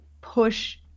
push